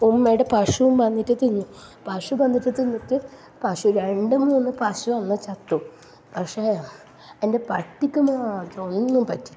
ഉമ്മയുടെ പശുവും വന്നിട്ട് തിന്നു പശു വന്നിട്ട് തിന്നിട്ട് പശു രണ്ടും മൂന്നും പശു അങ്ങ് ചത്തു പക്ഷേ എൻ്റെ പട്ടിക്ക് മാത്രം ഒന്നും പറ്റിയില്ല